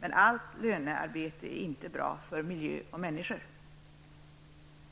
men allt lönearbete är inte bra för miljö och människor.